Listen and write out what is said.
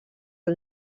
del